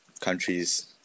countries